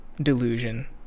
delusion